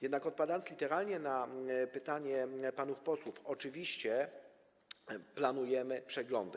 Jednak odpowiadając literalnie na pytanie panów posłów - oczywiście planujemy przeglądy.